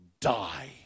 die